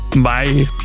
Bye